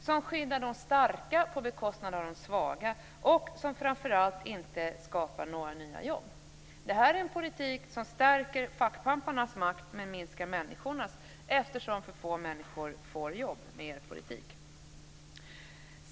Den skyddar de starka på bekostnad av de svaga och den skapar framför allt inte några nya jobb. Detta är en politik som stärker fackpamparnas makt men minskar människornas eftersom för få människor får jobb med er politik.